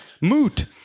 Moot